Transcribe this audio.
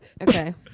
okay